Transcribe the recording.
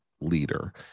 leader